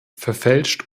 verfälscht